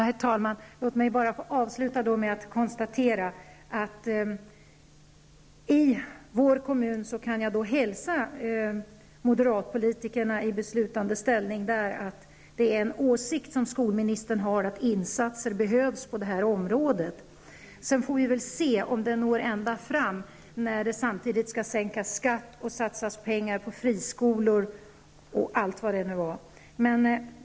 Herr talman! Låt mig få avsluta med att konstatera att jag då kan hälsa moderata politiker i beslutande ställning i min hemkommun att en åsikt som skolministern har är att insatser behövs på detta område. Sedan får vi väl se om det når ända fram, när man samtidigt skall sänka skatten och satsa pengar på friskolor och allt vad det nu är.